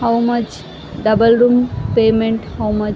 how much double room payment how much